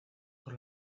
por